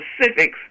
specifics